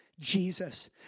Jesus